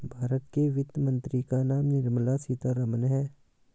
भारत के वित्त मंत्री का नाम निर्मला सीतारमन है